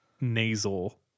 nasal